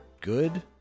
good